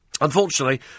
Unfortunately